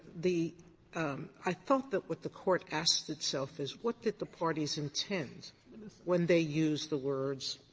the i thought that what the court asked itself is what did the parties intend when they used the words